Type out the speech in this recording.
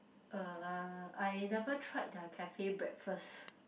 uh I never tried their cafe breakfast